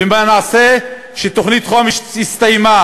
ומה נעשה שתוכנית החומש הסתיימה